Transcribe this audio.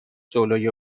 جلوی